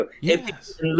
Yes